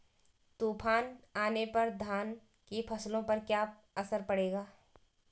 तूफान आने पर धान की फसलों पर क्या असर पड़ेगा?